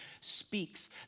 speaks